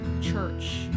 church